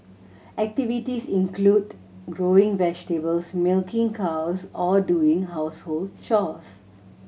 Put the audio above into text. activities include growing vegetables milking cows or doing household chores